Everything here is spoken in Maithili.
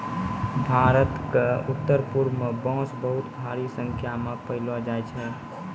भारत क उत्तरपूर्व म बांस बहुत भारी संख्या म पयलो जाय छै